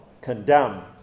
condemn